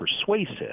persuasive